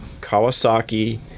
kawasaki